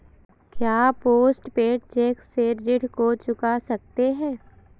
क्या postpaid cheque से ऋण को चुका सकते हैं?